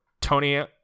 Tony